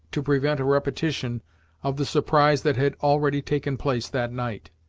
to prevent a repetition of the surprise that had already taken place that night.